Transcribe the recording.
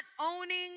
owning